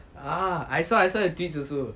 ah I saw I saw that face also